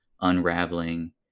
unraveling